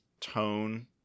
tone